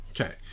okay